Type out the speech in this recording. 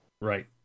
right